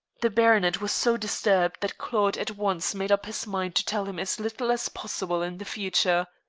the baronet was so disturbed that claude at once made up his mind to tell him as little as possible in the future.